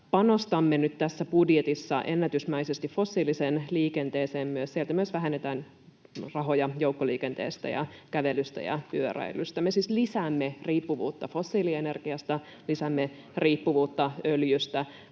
panostamme nyt tässä budjetissa ennätysmäisesti fossiiliseen liikenteeseen, sieltä myös vähennetään rahoja joukkoliikenteestä ja kävelystä ja pyöräilystä. [Eduskunnasta: Kyllä kävellä saa!] Me siis lisäämme riippuvuutta fossiilienergiasta, lisäämme riippuvuutta öljystä,